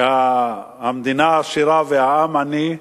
שהמדינה עשירה והעם עני,